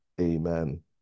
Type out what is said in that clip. Amen